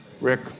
Rick